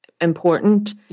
important